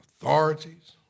authorities